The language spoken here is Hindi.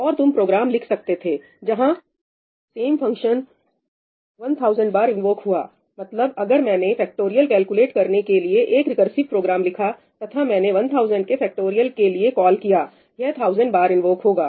और तुम प्रोग्राम लिख सकते थे जहां सेम फंक्शन 1000 बार इन्वोक हुआ मतलब अगर मैंने फैक्टोरियल कैलकुलेट करने के लिए एक रिकरसिव प्रोग्राम लिखा तथा मैंने 1000 के फैक्टोरियल के लिए कॉल किया यह 1000 बार इन्वोक होगा